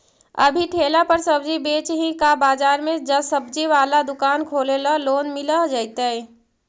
अभी ठेला पर सब्जी बेच ही का बाजार में ज्सबजी बाला दुकान खोले ल लोन मिल जईतै?